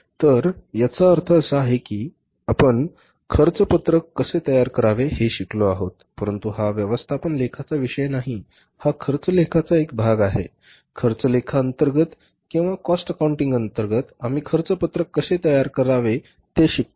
तर याचा अर्थ असा आहे की आपण खर्च पत्रक कसे तयार करावे हे शिकलो आहोत परंतु हा व्यवस्थापन लेखाचा विषय नाही हा खर्च लेखाचा एक भाग आहे खर्च लेखा अंतर्गत किंवा कॉस्ट अकाउंटिंग अंतर्गत आम्ही खर्च पत्रक कसे तयार करावे ते शिकतो